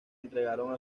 entregaron